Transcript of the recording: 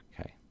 Okay